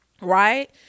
right